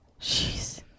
Jeez